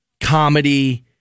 Comedy